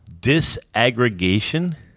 Disaggregation